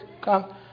come